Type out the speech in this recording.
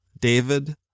David